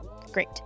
Great